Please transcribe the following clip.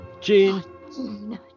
gene